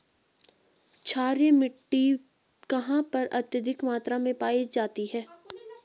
क्षारीय मिट्टी कहां पर अत्यधिक मात्रा में पाई जाती है?